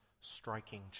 striking